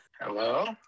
Hello